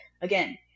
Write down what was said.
again